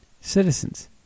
citizens